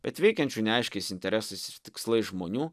bet veikiančių neaiškiais interesais ir tikslais žmonių